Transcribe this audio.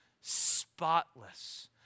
spotless